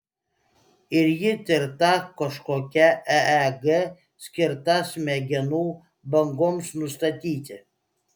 ir ji tirta kažkokia eeg skirta smegenų bangoms nustatyti